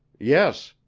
yes,